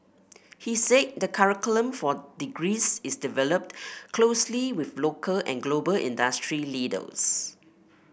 he said the curriculum for degrees is developed closely with local and global industry leaders